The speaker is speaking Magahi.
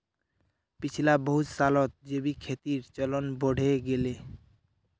पिछला बहुत सालत जैविक खेतीर चलन बढ़े गेले